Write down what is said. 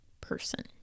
person